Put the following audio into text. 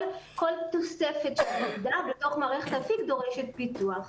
כל תוספת של מידע בתוך מערכת אפיק דורשת פיתוח.